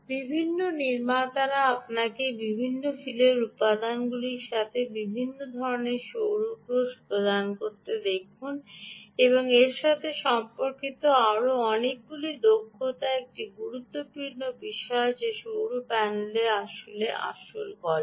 বিভিন্ন নির্মাতারা আপনাকে বিভিন্ন ফিলের উপাদানগুলির সাথে বিভিন্ন ধরণের সৌর কোষ প্রদান করে দেখুন এবং এর সাথে সম্পর্কিত আরও অনেকগুলি দক্ষতা একটি গুরুত্বপূর্ণ বিষয় যা সৌর প্যানেলের পিছনে আসল গল্প